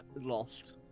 lost